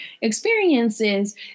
experiences